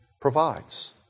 provides